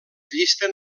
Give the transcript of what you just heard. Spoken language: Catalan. llisten